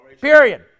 period